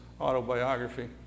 autobiography